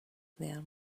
man